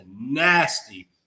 nasty